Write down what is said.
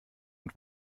und